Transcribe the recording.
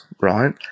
right